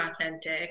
authentic